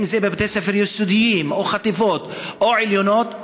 אם בבתי-ספר יסודיים או בחטיבות או בעליונות,